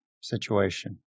situation